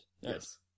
Yes